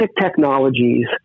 technologies